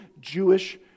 Jewish